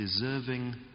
deserving